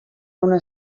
una